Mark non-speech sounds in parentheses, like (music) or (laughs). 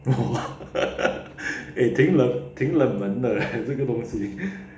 !whoa! (laughs) eh 挺愣挺愣人的 eh 这个东西 (breath)